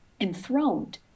enthroned